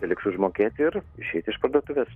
beliks užmokėti ir išeiti iš parduotuvės